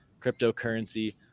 cryptocurrency